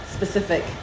Specific